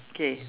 okay